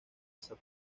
esa